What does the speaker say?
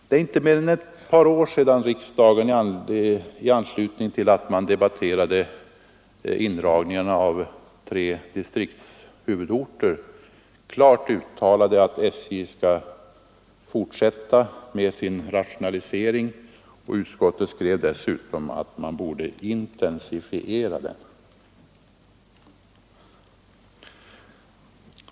Det är inte mer än ett par år sedan riksdagen, i anslutning till att man debatterade indragningarna av tre distriktshuvudorter, klart uttalade att SJ skall fortsätta med sin rationalisering. Utskottet skrev dessutom att den borde intensifieras.